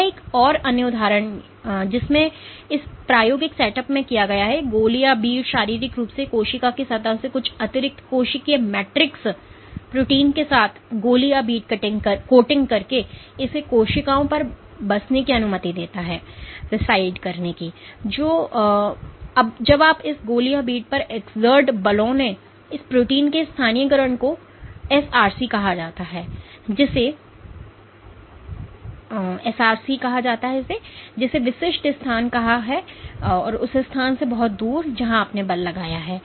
यह एक और उदाहरण है जिसमें इस प्रायोगिक सेटअप में क्या किया गया है एक गोली या बीड शारीरिक रूप से कोशिका की सतह से कुछ अतिरिक्त कोशिकीय मैट्रिक्स प्रोटीन के साथ गोली या बीड कोटिंग करके इसे कोशिकाओं पर बसने की अनुमति देता है और जब आप इस गोली या बीड पर एक्सर्ट बलों ने इस प्रोटीन के स्थानीयकरण को एसआरसी कहा जाता है जिसे विशिष्ट स्थान कहा जाता है जो उस स्थान से बहुत दूर हैं जहां आपने बल लगाया है